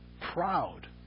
proud